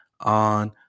on